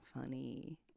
funny